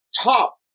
top